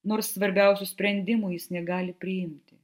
nors svarbiausių sprendimų jis negali priimti